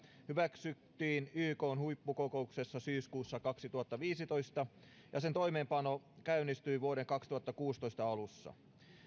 hyväksyttiin ykn huippukokouksessa syyskuussa kaksituhattaviisitoista ja sen toimeenpano käynnistyi vuoden kaksituhattakuusitoista alussa